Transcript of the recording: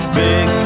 big